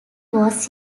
was